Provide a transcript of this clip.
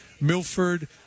Milford